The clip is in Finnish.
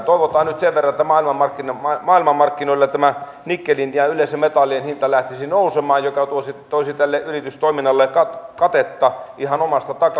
toivotaan nyt sen verran että maailmanmarkkinoilla tämä nikkelin ja yleensä metallien hinta lähtisi nousemaan mikä toisi tälle yritystoiminnalle katetta ihan omasta takaa